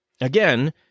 Again